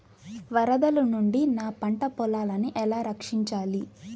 వరదల నుండి నా పంట పొలాలని ఎలా రక్షించాలి?